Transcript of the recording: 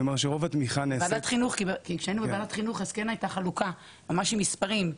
רוב התמיכה נעשית --- כשהיינו בוועדת חינוך כן הייתה חלוקה עם מספרים,